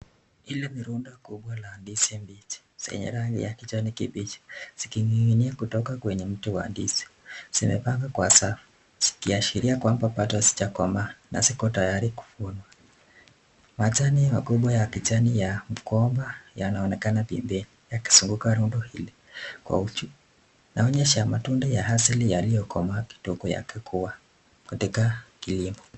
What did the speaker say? Hili ni rundo la ndizi la ndizi mpichi zenye rangi kipichi zikininginia kutoka kwenye mti wa ndizi, zimepanga kwa safu zikiashiria kwamba haijakomaa na ziko tayari kufunwa. Majani kikubwa ya kijani ya mkomba inaonekan pempeni yakizunguka rundo hili, inaonyesha matunda ya asili yaliyo komaa kido yakikua katika kilimo.